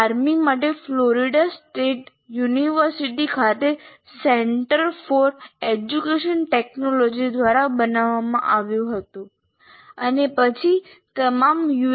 army માટે Florida state university ખાતે center for educational technology દ્વારા બનાવવામાં આવ્યું હતું અને પછી તમામ યુ